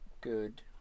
good